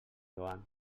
joan